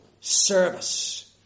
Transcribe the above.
service